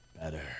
Better